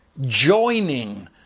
joining